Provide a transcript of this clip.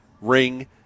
ring